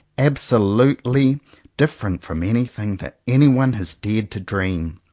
absolutely different from anything that anyone has dared to dream.